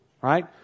right